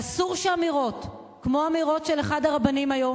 ואסור שאמירות כמו אמירות של אחד הרבנים היום,